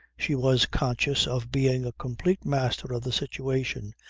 she was conscious of being a complete master of the situation,